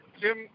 Jim